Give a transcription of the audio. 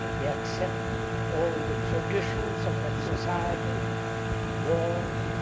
they accept all the traditions of that society wars,